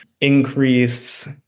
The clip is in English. increase